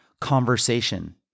conversation